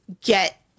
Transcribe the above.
get